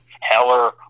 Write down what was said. Heller